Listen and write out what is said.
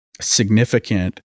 significant